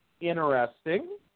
interesting